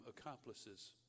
accomplices